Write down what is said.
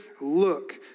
look